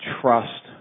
trust